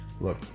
Look